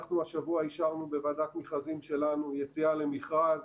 אנחנו השבוע אישרנו בוועדת מכרזים שלנו יציאה למכרז